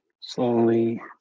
slowly